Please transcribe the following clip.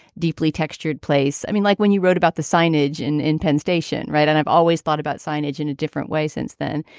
deeply textured place. i mean, like when you wrote about the signage in in penn station. right. and i've always thought about signage in a different way since then.